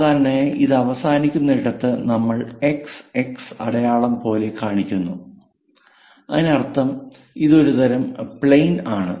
സാധാരണയായി ഇത് അവസാനിക്കുന്ന ഇടത്തു നമ്മൾ x x അടയാളം പോലെ കാണിക്കുന്നു അതിനർത്ഥം ഇത് ഒരു തരം പ്ലെയിൻ ആണ്